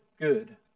good